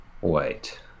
Wait